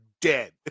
dead